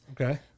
Okay